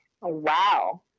wow